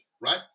Right